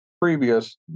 previous